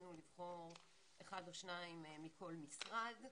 ניסינו לבחור אחת או שניים מכל משרד.